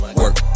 work